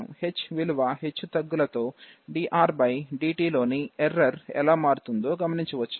h విలువ హెచ్చుతగ్గులతో drdt లోని ఎర్రర్ ఏలా మారుతుందో గమనించవచ్చును